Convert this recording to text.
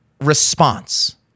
response